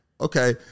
okay